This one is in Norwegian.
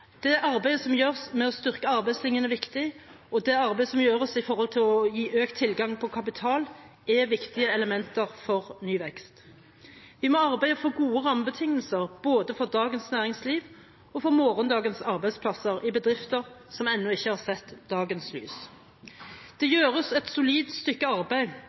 Det arbeidet som gjøres med å styrke arbeidslinjen, er viktig, og arbeidet med å gi økt tilgang på kapital er et viktig element for ny vekst. Vi må arbeide for gode rammebetingelser både for dagens næringsliv og for morgendagens arbeidsplasser i bedrifter som ennå ikke har sett dagens lys. Det gjøres et solid stykke arbeid